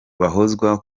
bahozwa